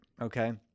okay